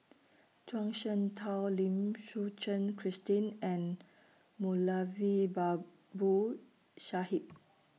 Zhuang Shengtao Lim Suchen Christine and Moulavi Babu Sahib